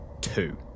two